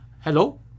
Hello